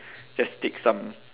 just take some